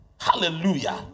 hallelujah